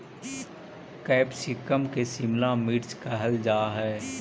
capsicum के शिमला मिर्च कहल जा हइ